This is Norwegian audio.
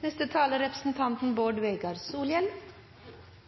Det er